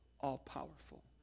all-powerful